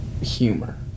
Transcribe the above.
humor